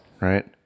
right